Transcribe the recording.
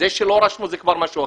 זה שלא רשמו זאת זה כבר משהו אחר.